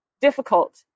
difficult